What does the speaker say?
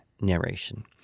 narration